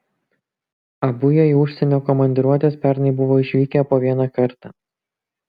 abu jie į užsienio komandiruotes pernai buvo išvykę po vieną kartą